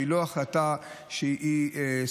שהיא לא החלטה סטנדרטית,